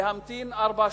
להמתין ארבע שנים,